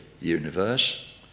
universe